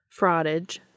Fraudage